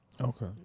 Okay